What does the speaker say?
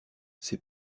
ces